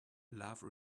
love